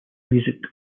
music